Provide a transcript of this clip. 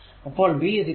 അപ്പോൾ v 26